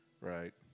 Right